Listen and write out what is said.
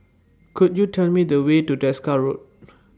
Could YOU Tell Me The Way to Desker Road